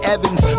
Evans